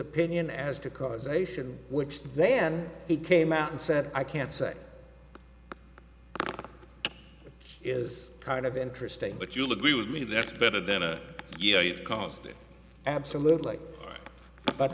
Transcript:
opinion as to causation which then he came out and said i can't say is kind of interesting but you'll agree with me that's better than a constant absolutely but